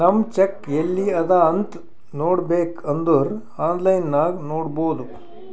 ನಮ್ ಚೆಕ್ ಎಲ್ಲಿ ಅದಾ ಅಂತ್ ನೋಡಬೇಕ್ ಅಂದುರ್ ಆನ್ಲೈನ್ ನಾಗ್ ನೋಡ್ಬೋದು